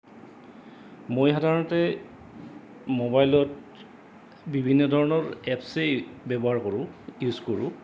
মই সাধাৰণতে মোবাইলত বিভিন্ন ধৰণৰ এপছেই ব্যৱহাৰ কৰোঁ ইউজ কৰোঁ